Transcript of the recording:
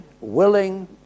willing